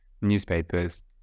newspapers